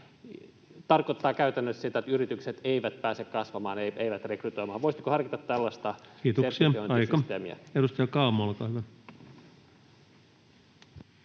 tarkoittavat käytännössä sitä, että yritykset eivät pääse kasvamaan, eivät rekrytoimaan. Voisitteko harkita tällaista [Puhemies: Kiitoksia!